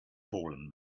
fallen